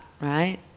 right